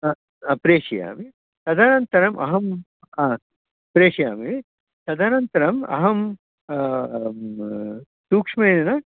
प्रेषयामि तदनन्तरम् अहं ह प्रेषयामि तदनन्तरम् अहं सूक्ष्मेण